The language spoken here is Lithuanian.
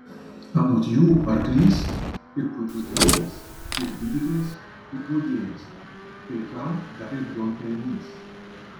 anot jų arklys ir puikus draugas ir gydytojas ir guodėjas kai kam dar ir duonpelnys